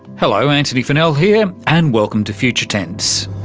hello, antony funnell here, and welcome to future tense.